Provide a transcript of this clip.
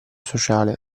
sociale